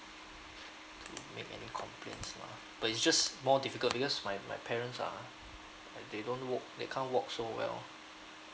to make any complains lah but it's more difficult because my my parents ah they don't walk they can't walk so well